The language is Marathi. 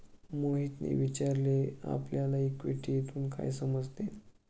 मोहितने विचारले आपल्याला इक्विटीतून काय समजते?